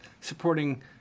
supporting